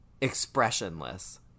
Expressionless